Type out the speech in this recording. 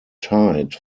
tied